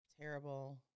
terrible